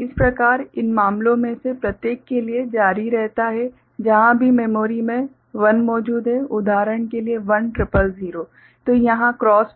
इस प्रकार इन मामलों में से प्रत्येक के लिए जारी रहता है जहाँ भी मेमोरी में 1 मौजूद है उदाहरण के लिए 1 ट्रिपल 0 तो यहाँ क्रॉस